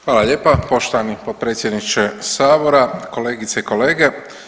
Hvala lijepa poštovani potpredsjedniče sabora, kolegice i kolege.